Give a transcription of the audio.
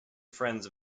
friends